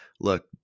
look